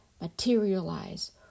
materialize